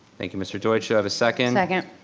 thank you mr. deutsch. should i have a second? second.